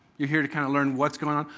you're here to kind of learn what's going on?